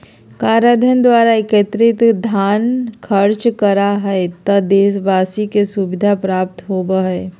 कराधान द्वारा एकत्रित धन खर्च करा हइ त देशवाशी के सुविधा प्राप्त होबा हइ